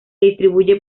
distribuye